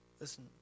listen